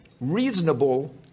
reasonable